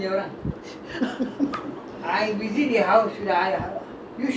you know better than my brothers what I was very young that time you always mixed with them [what]